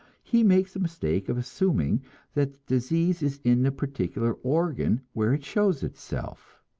he makes the mistake of assuming that the disease is in the particular organ where it shows itself.